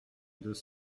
deux